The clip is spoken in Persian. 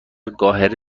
قاهره